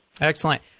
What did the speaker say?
Excellent